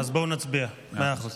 אז בואו נצביע, מאה אחוז.